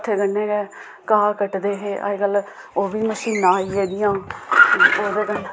हत्थें कन्नै गै घाह् कट्टदे हे अज्जकल ओह् बी मशीनां आई गेदियां ओह्दे कन्नै